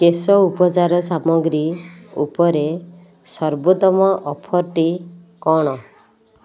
କେଶ ଉପଚାର ସାମଗ୍ରୀ ଉପରେ ସର୍ବୋତ୍ତମ ଅଫର୍ଟି କ'ଣ